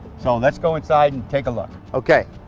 so let's go inside and take a look. okay.